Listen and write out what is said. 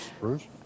Bruce